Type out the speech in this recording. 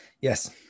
yes